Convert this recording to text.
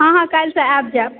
हँ हँ काल्हिसँ आबि जायब